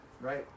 Right